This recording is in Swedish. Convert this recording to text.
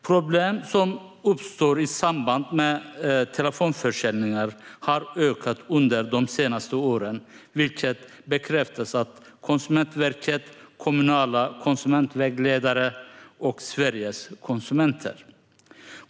Problem som uppstår i samband med telefonförsäljningar har ökat under de senaste åren, vilket bekräftas av Konsumentverket, kommunala konsumentvägledare och Sveriges konsumenter.